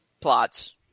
plots